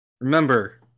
Remember